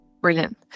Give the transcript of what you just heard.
Brilliant